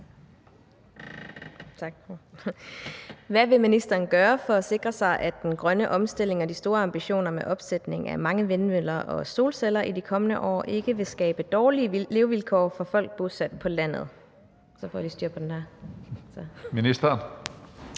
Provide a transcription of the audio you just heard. Hvad vil ministeren gøre for at sikre sig, at den grønne omstilling og de store ambitioner med opsætning af mange vindmøller og solceller i de kommende år ikke vil skabe dårlige levevilkår for folk bosat på landet? Tredje næstformand (Karsten